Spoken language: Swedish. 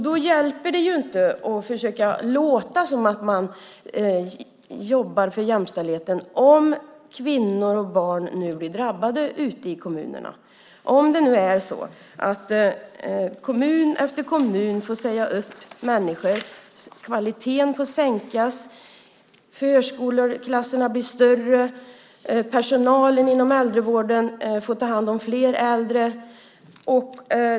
Då hjälper det inte att försöka låta som att man jobbar för jämställdheten om kvinnor och barn blir drabbade ute i kommunerna. Kommun efter kommun får säga upp människor, kvaliteten får sänkas, förskoleklasserna bli större och personalen inom äldrevården får ta hand som fler äldre.